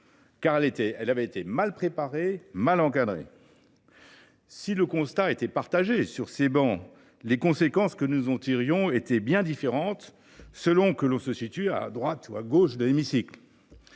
en place avait été mal préparée et mal encadrée. Si le constat était partagé sur ces travées, les conséquences que nous en tirions étaient bien différentes selon que l’on se situe à la droite ou à la gauche de l’hémicycle.